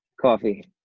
Coffee